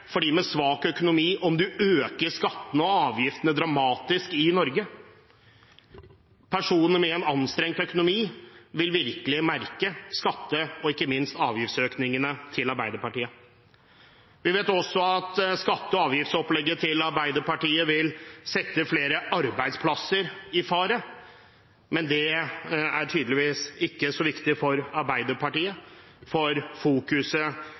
med svak økonomi om man øker skattene og avgiftene dramatisk i Norge. Personer med en anstrengt økonomi vil virkelig merke både skatteøkningene og ikke minst avgiftsøkningene til Arbeiderpartiet. Vi vet også at skatte- og avgiftsopplegget til Arbeiderpartiet vil sette flere arbeidsplasser i fare. Men det er tydeligvis ikke så viktig for Arbeiderpartiet, for fokuset